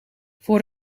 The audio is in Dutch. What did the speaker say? voor